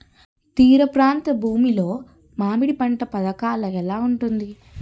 తీర ప్రాంత భూమి లో మామిడి పంట పథకాల ఎలా ఉంటుంది?